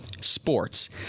sports